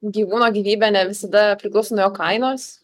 gyvūno gyvybė ne visada priklauso nuo jo kainos